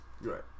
Right